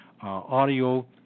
audio